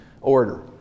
order